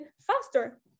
faster